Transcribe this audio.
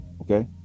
okay